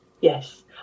Yes